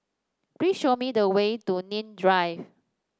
please show me the way to Nim Drive